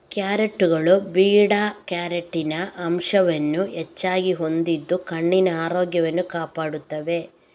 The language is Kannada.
ಕ್ಯಾರೆಟುಗಳು ಬೀಟಾ ಕ್ಯಾರೋಟಿನ್ ಅಂಶವನ್ನು ಹೆಚ್ಚಾಗಿ ಹೊಂದಿದ್ದು ಕಣ್ಣಿನ ಆರೋಗ್ಯವನ್ನು ಕಾಪಾಡುತ್ತವೆ